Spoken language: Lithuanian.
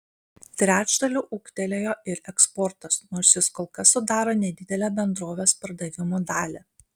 trečdaliu ūgtelėjo ir eksportas nors jis kol kas sudaro nedidelę bendrovės pardavimų dalį